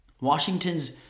Washington's